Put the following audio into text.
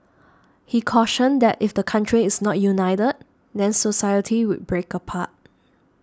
he cautioned that if the country is not united then society would break apart